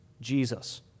Jesus